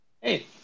Hey